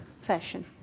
fashion